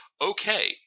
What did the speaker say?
okay